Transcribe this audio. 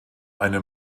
eine